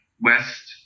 west